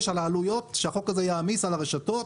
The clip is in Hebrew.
על העלויות שהחוק הזה יעמיס על הרשתות,